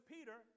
Peter